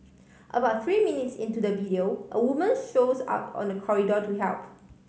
about three minutes into the video a woman shows up on the corridor to help